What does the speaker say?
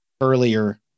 earlier